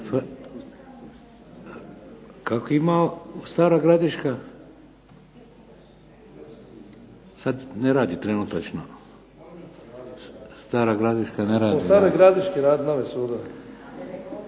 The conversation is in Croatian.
Kako ima Stara Gradiška? Sad ne radi trenutačno. Stara Gradiška ne radi, da. Gospodin zastupnik